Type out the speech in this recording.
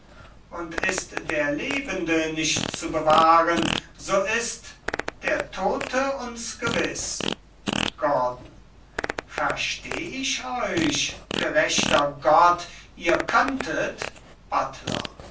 und ist der lebende nicht zu bewahren so ist der tote uns gewiß gordon versteh ich euch gerechter gott ihr könntet buttler